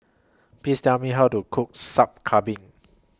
Please Tell Me How to Cook Sup Kambing